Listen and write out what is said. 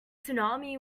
tsunami